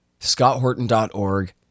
scotthorton.org